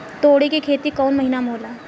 तोड़ी के खेती कउन महीना में होला?